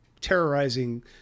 terrorizing